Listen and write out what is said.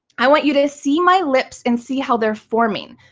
i want you to see my lips and see how they're forming.